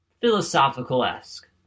philosophical-esque